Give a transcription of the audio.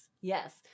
yes